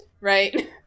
right